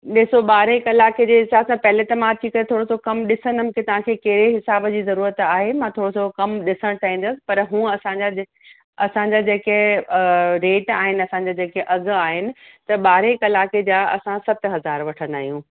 ॾिसो ॿारहें कलाके जे हिसाब सां पहिरीं त मां अची करे थोरो सो कमु ॾिसंदमि के तव्हांखे कहिड़े हिसाब जी ज़रूरत आहे मां थोरो सो कमु ॾिसण चाहींदसि पर हूअं असांजा जि असांजा जेके रेट आहिनि असांजा जेके अघि आहिनि त ॿारें कलाके जा असां सत हज़ार वठंदा आहियूं